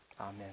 Amen